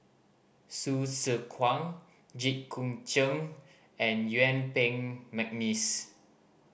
Hsu Tse Kwang Jit Koon Ch'ng and Yuen Peng McNeice